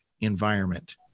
environment